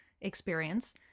experience